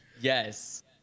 yes